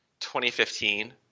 2015